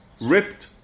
ripped